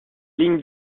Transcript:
lignes